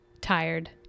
tired